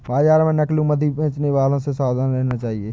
बाजार में नकली मधु बेचने वालों से सावधान रहना चाहिए